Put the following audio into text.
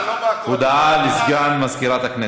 הודעה לסגן מזכירת הכנסת.